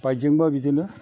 बाइकजोंबा बिदिनो